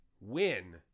win